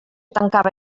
tancava